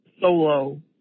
solo